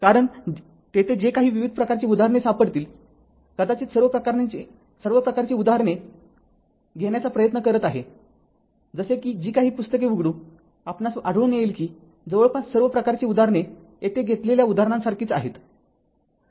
कारणतेथे जे काही विविध प्रकारची उदाहरणे असतील कदाचित सर्व प्रकारची उदाहरणे घेण्याचा प्रयत्न करत आहे जसे की जी काही पुस्तके उघडू आपणास आढळून येईल कि जवळपास सर्व उदाहरणे येथे घेतलेल्या उदाहरणांसारखीच आहेत